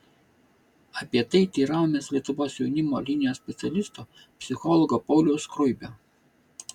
apie tai teiravomės lietuvos jaunimo linijos specialisto psichologo pauliaus skruibio